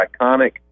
iconic